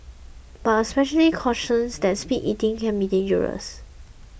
but a specialist cautions that speed eating can be dangerous